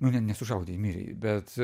nu ne nesušaudė jį mirė bet